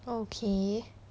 okay